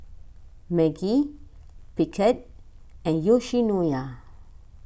Maggi Picard and Yoshinoya